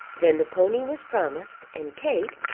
then the pony was promised and kate,